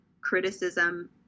criticism